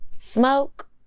smoke